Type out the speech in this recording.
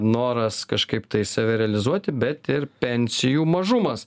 noras kažkaip tai save realizuoti bet ir pensijų mažumas